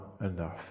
enough